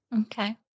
Okay